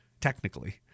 technically